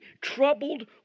troubled